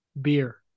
Beer